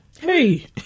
Hey